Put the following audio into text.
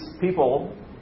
people